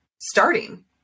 starting